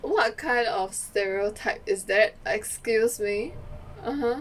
what kind of stereotype is that excuse me (uh huh)